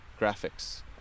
graphics